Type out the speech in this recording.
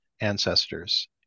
ancestors